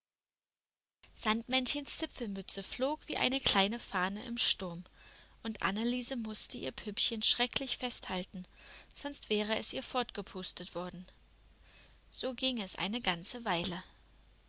sandmännchens zipfelmütze flog wie eine kleine fahne im sturm und anneliese mußte ihr püppchen schrecklich festhalten sonst wäre es ihr fortgepustet worden so ging es eine ganze weile